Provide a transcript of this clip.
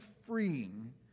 freeing